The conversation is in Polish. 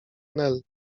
nel